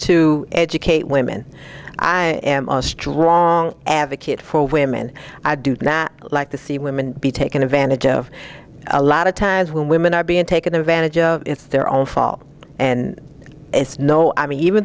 to educate women i am a strong advocate for women i do not like to see women be taken advantage of a lot of times when women are being taken advantage of it's their own fault and it's no i mean even